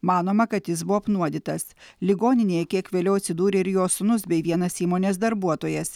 manoma kad jis buvo apnuodytas ligoninėje kiek vėliau atsidūrė ir jo sūnus bei vienas įmonės darbuotojas